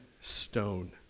stone